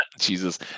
Jesus